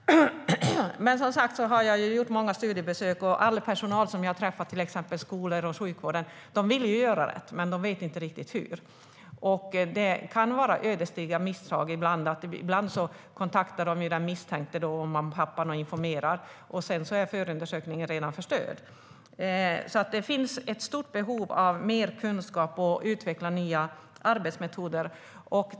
Som sagt har jag gjort många studiebesök. All personal som jag träffat på till exempel skolor och i sjukvården vill göra rätt, men de vet inte riktigt hur. Det kan vara ödesdigra misstag. Ibland kontaktar de den misstänkte så att till exempel pappan blir informerad, och då är förundersökningen redan förstörd. Det finns ett stort behov av mer kunskap och av att utveckla nya arbetsmetoder.